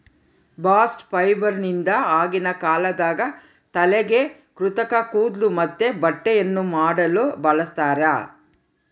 bast ಫೈಬರ್ನಿಂದ ಆಗಿನ ಕಾಲದಾಗ ತಲೆಗೆ ಕೃತಕ ಕೂದ್ಲು ಮತ್ತೆ ಬಟ್ಟೆಯನ್ನ ಮಾಡಲು ಬಳಸ್ತಾರ